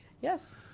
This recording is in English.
Yes